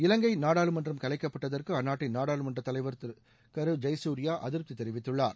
இலங்கை நாடாளுமன்றம் கலைக்கப்பட்டதற்கு அந்நாட்டின் நாடாளமன்ற தலைவர் கரு ஜெயசூர்யா அதிருப்தி தெரிவித்துள்ளார்